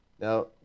Now